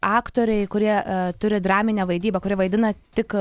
aktoriai kurie turi draminę vaidybą kurie vaidina tik